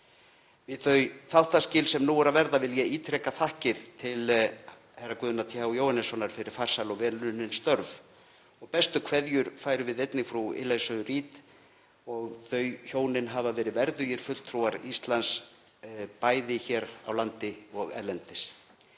Við þau þáttaskil sem nú eru að verða vil ég ítreka þakkir til herra Guðna Th. Jóhannessonar fyrir farsæl og vel unnin störf. Bestu kveðjur færum við einnig frú Elizu Reid. Þau hjónin hafa verið verðugir fulltrúar Íslands, bæði hér á landi og erlendis.